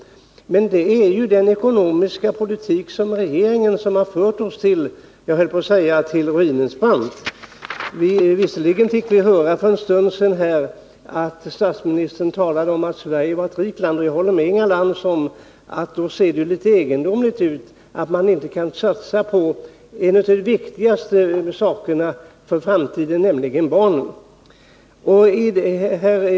Men det är ju regeringens ekonomiska politik som har fört oss till ruinens brant — även om vi för en stund sedan fick höra statsministern förklara att Sverige är ett rikt land. Jag håller med Inga Lantz om att då ser det litet egendomligt ut att man inte kan satsa på något av det viktigaste inför framtiden, nämligen barnen.